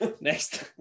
Next